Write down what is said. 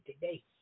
today